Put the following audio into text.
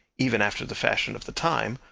even after the fashion of the time,